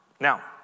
Now